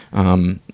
um,